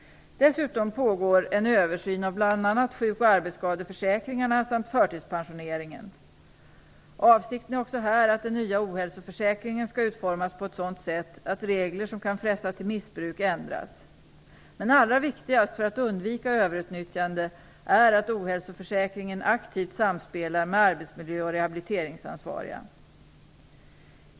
Dessutom pågår en översyn av bl.a. sjuk och arbetsskadeförsäkringarna samt förtidspensioneringen. Avsikten är också här att den nya ohälsoförsäkringen skall utformas på ett sådant sätt att regler som kan fresta till missbruk ändras. Men allra viktigast för att undvika överutnyttjande är att ohälsoförsäkringen aktivt samspelar med arbetsmiljöoch rehabiliteringsansvariga.